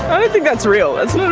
i don't think that's real, it's